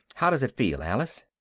how does it feel, alice?